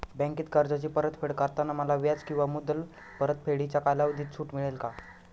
बँकेत कर्जाची परतफेड करताना मला व्याज किंवा मुद्दल परतफेडीच्या कालावधीत सूट मिळेल का?